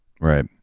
Right